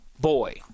boy